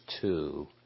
two